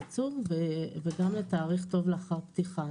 הייצור וגם לתאריך "טוב לאחר פתיחה".